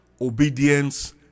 obedience